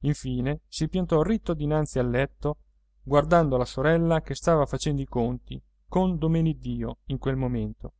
infine si piantò ritto dinanzi al letto guardando la sorella che stava facendo i conti con domeneddio in quel momento